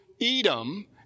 Edom